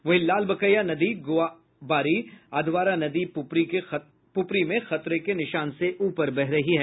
वहीं लालबकिया नदी गोआबारी अधवारा नदी पुपरी में खतरे के निशान से ऊपर बह रही हैं